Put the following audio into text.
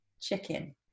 chicken